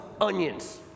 onions